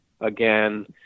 again